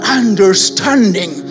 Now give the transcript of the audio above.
understanding